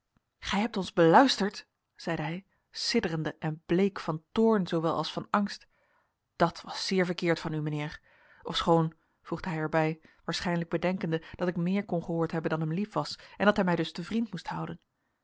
gij hebt ons beluisterd zeide hij sidderende en bleek van toorn zoowel als van angst dat was zeer verkeerd van u mijnheer ofschoon voegde hij er bij waarschijnlijk bedenkende dat ik meer kon gehoord hebben dan hem lief was en dat hij mij dus te vriend moest houden